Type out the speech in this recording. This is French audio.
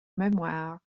mémoire